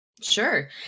sure